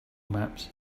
maps